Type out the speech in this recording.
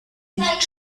nicht